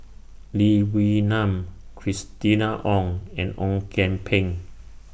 Lee Wee Nam Christina Ong and Ong Kian Peng